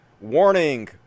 Warning